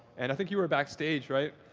and i think you were backstage, right?